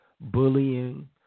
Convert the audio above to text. bullying